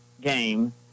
game